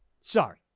Sorry